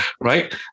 right